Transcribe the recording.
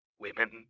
women